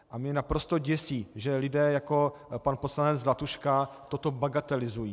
A mě naprosto děsí, že lidé jako pan poslanec Zlatuška toto bagatelizují.